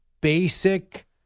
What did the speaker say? basic